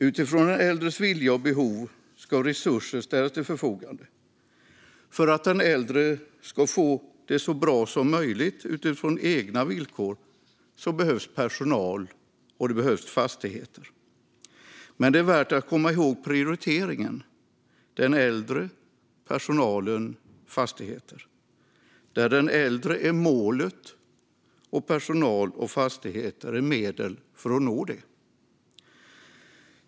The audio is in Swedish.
Utifrån den äldres vilja och behov ska resurser ställas till förfogande. För att den äldre ska få det så bra som möjligt utifrån egna villkor behövs personal och fastigheter. Men det är värt att komma ihåg prioriteringen: den äldre, personalen, fastigheter. Den äldre är målet, och personal och fastigheter är medel för att nå det.